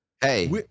Hey